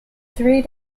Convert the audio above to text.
three